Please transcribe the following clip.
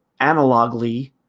analogly